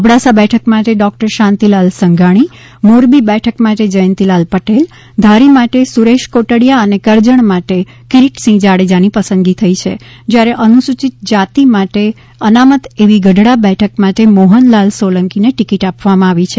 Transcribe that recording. અબડાસા બેઠક માટે ડોક્ટર શાંતિલાલ સંઘાણી મોરબી બેઠક માટે જયંતિલાલ પટેલ ધારી માટે સુરેશ કોટડીયા અને કરજણ માટે કિરીટસિંહ જાડેજાની પસંદગી થઈ છે જ્યા રે અનુસુચિત જાતિ માટે અનામત એવી ગઢડા બેઠક માટે મોહનલાલ સોલંકીને ટિકિટ આપવામાં આવી છે